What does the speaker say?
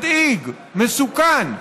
מדאיג, מסוכן.